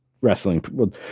wrestling